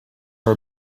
our